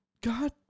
God